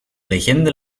legende